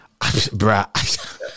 Bruh